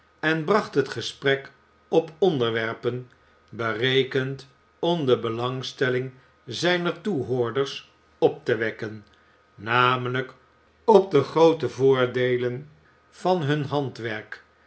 en bracht het gesprek op onderwerpen berekend om de belangstelling zijner toehoorders op te wekken namelijk op de groote voordeelen van hun handwerk